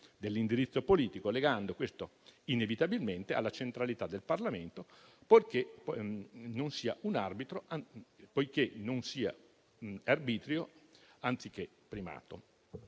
dell'indirizzo politico, legandolo inevitabilmente alla centralità del Parlamento, purché non sia un arbitrio anziché un primato.